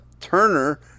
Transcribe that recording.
Turner